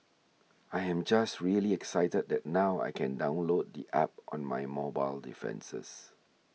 I am just really excited that now I can download the App on my mobile defences